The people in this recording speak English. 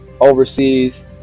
overseas